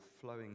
flowing